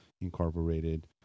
incorporated